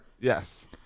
Yes